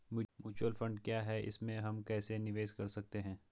Mutual fund क्या है इसमें हम कैसे निवेश कर सकते हैं?